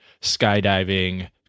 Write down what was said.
skydiving